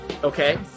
Okay